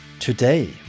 Today